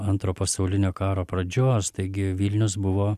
antro pasaulinio karo pradžios taigi vilnius buvo